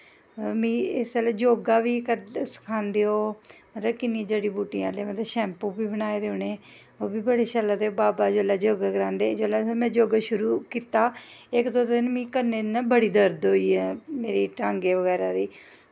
मिगी इसलै योगा बी सखांदे ओह् मतलब किन्नी जड़ी बूटियें आह्ले मतलब शैंपू बी बनाए दे उ'नैं ओह् बी बड़े शैल लगदे बाबा जिसलै योगा करांदे ते में योगा शुरू कीता इक दो दिन करनै न मिगी बड़ी दर्द होई ऐ मेरी टांगें बगैरा दी